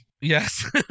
Yes